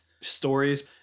stories